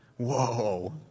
Whoa